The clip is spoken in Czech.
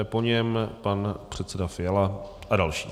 Po něm pan předseda Fiala a další.